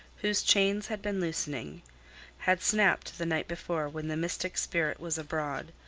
whose chains had been loosening had snapped the night before when the mystic spirit was abroad,